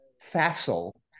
facile